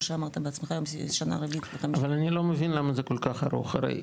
שאמרת בעצמך שנה רביעית --- אבל אני לא מבין למה זה כל כך ארוך הרי,